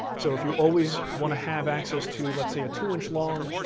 so if you always want to have access to let's say a two inch long,